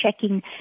checking